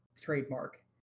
trademark